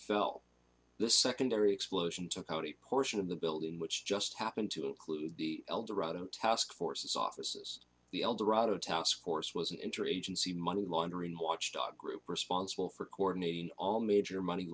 fell the secondary explosion took out a portion of the building which just happened to include the eldorado taskforce offices the eldorado task force was an interagency money laundering watchdog group responsible for coordinating all major money